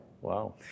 Wow